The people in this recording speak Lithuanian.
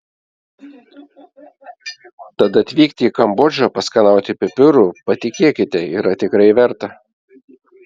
tad atvykti į kambodžą paskanauti pipirų patikėkite yra tikrai verta